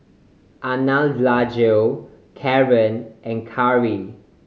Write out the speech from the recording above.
Anjali Kaaren and Karri